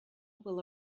will